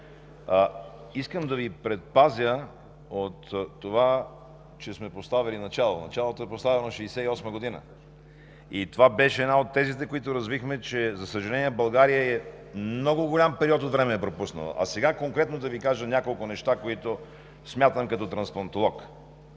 Искам да Ви предпазя от това, че сме поставили начало – началото е поставено 1968 г., и това беше една от тезите, които развихме, че, за съжаление, България е пропуснала много голям период от време. А сега конкретно да Ви кажа няколко неща, които смятам като трансплантолог.